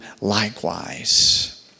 likewise